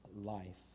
life